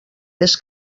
més